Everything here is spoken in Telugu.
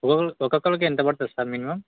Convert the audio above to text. ఒ ఒక్కళ్ళకి ఎంత పడుతుంది సార్ మినిమమ్